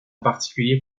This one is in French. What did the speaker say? particulier